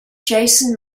jason